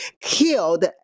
killed